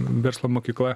verslo mokykla